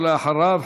ואחריו,